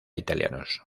italianos